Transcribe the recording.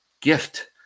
gift